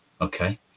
okay